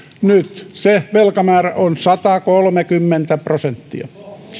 nyt se velkamäärä on satakolmekymmentä prosenttia